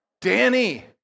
Danny